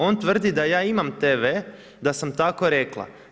On tvrdi da ja imam TV, da sam tako rekla.